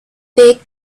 big